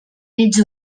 ells